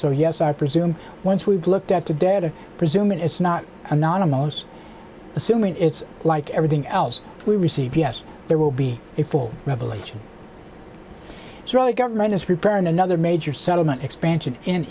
so yes i presume once we've looked at today to presume it's not anonymous assuming it's like everything else we receive yes there will be a full revelation so a government is preparing another major settlement expansion in